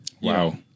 wow